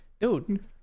dude